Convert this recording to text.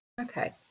Okay